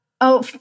oh-